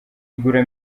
igura